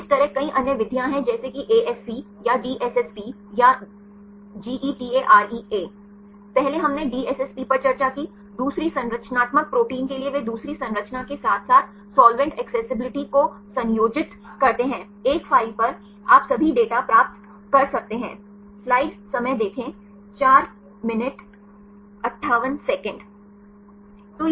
इसी तरह कई अन्य विधियाँ हैं जैसे कि ASC या DSSP या GETAREA पहले हमने DSSP पर चर्चा की दूसरी संरचनात्मक प्रोटीन के लिए वे दूसरी संरचना के साथ साथ साल्वेंट अक्सेसिब्लिटी को संयोजित करते हैं एक फ़ाइल पर आप सभी डेटा प्राप्त कर सकते हैं